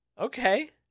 okay